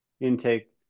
intake